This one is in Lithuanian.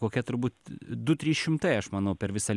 kokia turbūt du trys šimtai aš manau per visą